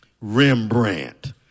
Rembrandt